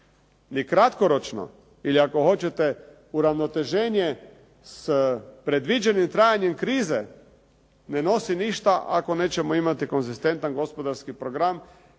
ni kratkoročno. Ili ako hoćete uravnoteženje s predviđenim trajanjem krize, ne nosi ništa ako nećemo imati konzistentan gospodarski program,